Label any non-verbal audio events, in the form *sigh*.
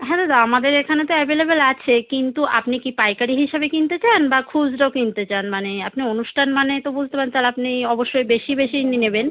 হ্যাঁ দাদা আমাদের এখানে তো অ্যাভেলেবল আছে কিন্তু আপনি কি পাইকারি হিসাবে কিনতে চান বা খুচরো কিনতে চান মানে আপনি অনুষ্ঠান মানে তো বুঝতে *unintelligible* তাহলে আপনি অবশ্যই বেশি বেশিই *unintelligible* নেবেন